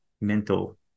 mental